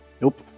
Nope